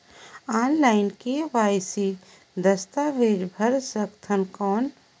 Online KYC दस्तावेज भर सकथन कौन?